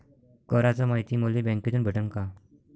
कराच मायती मले बँकेतून भेटन का?